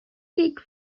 cake